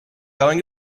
going